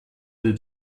did